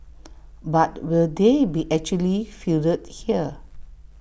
but will they be actually fielded here